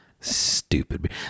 Stupid